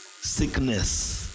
sickness